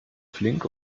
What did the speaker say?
flink